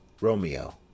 Romeo